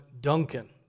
Duncan